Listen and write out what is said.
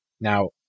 now